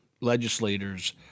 legislators